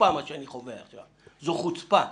מה שאני חווה עכשיו זו חוצפה,